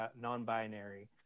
non-binary